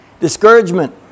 Discouragement